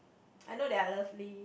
I know they are lastly